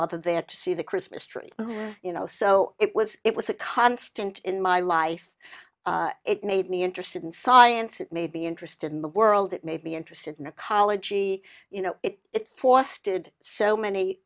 mother there to see the christmas tree you know so it was it was a constant in my life it made me interested in science it maybe interested in the world it made me interested in ecology you know it for us did so many